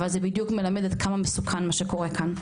אבל זה בדיוק מלמד עד כמה מסוכן מה שקורה כאן,